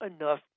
enough